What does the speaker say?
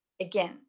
Again